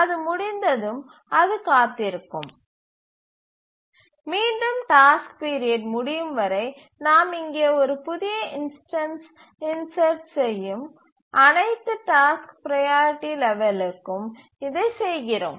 அது முடிந்ததும் அது காத்திருக்கும் மீண்டும் டாஸ்க் பீரியட் முடியும் வரை நாம் இங்கே ஒரு புதிய இன்ஸ்டன்ஸ் இன்சர்ட் செய்யும் அனைத்து டாஸ்க் ப்ரையாரிட்டி லெவலிற்கும் இதைச் செய்கிறோம்